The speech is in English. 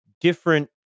different